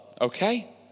okay